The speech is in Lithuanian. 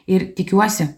ir tikiuosi